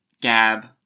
Gab